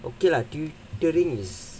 okay lah tutoring is